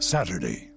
Saturday